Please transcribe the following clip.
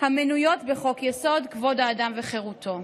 המנויות בחוק-יסוד: כבוד האדם וחירותו.